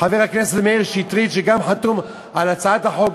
חבר הכנסת מאיר שטרית שגם חתום על הצעת החוק.